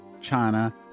China